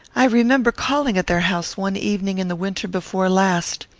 i remember calling at their house one evening in the winter before last.